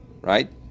right